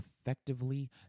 effectively